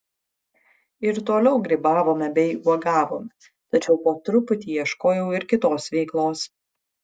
ir toliau grybavome bei uogavome tačiau po truputį ieškojau ir kitos veiklos